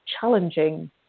challenging